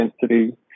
density